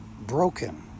broken